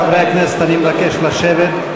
חברי הכנסת אני מבקש לשבת,